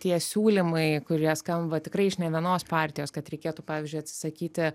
tie siūlymai kurie skamba tikrai iš ne vienos partijos kad reikėtų pavyzdžiui atsisakyti